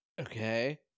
Okay